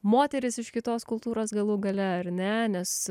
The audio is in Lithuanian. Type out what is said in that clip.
moteris iš kitos kultūros galų gale ar ne nes